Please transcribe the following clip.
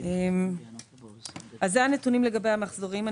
אלה נתונים לגבי המחזורים.